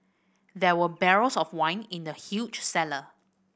there were barrels of wine in the huge cellar